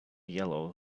yellow